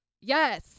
yes